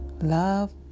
Love